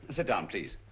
sit down please.